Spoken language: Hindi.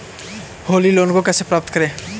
होली लोन को कैसे प्राप्त करें?